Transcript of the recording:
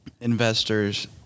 Investors